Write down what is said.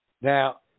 Now